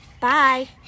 Bye